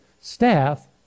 staff